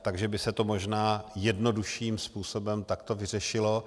Takže by se to možná jednodušším způsobem takto vyřešilo.